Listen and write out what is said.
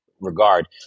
regard